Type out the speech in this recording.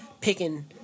picking